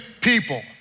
people